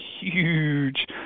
huge